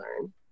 learn